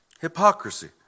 Hypocrisy